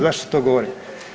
Zašto to govorim?